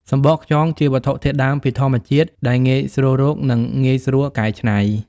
សំបកខ្យងជាវត្ថុធាតុដើមពីធម្មជាតិ ដែលងាយស្រួលរក និងងាយស្រួលកែច្នៃ។